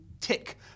tick